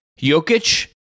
Jokic